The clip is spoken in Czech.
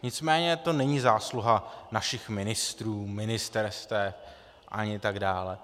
Nicméně to není zásluha našich ministrů, ministerstev, ani tak dále.